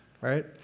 right